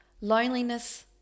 loneliness